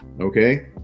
Okay